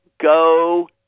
go